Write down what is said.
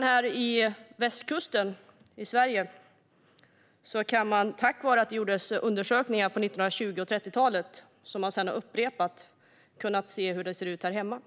Sveriges västkust på 1920 och 1930-talet som sedan upprepades kan vi se hur det ser ut här hemma.